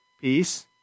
peace